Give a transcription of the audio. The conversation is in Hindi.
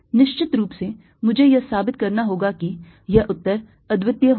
निश्चित रूप से मुझे यह साबित करना होगा कि यह उत्तर अद्वितीय होगा